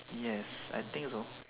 yes I think so